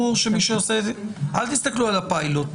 אל תסתכלו על הפיילוט.